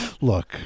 Look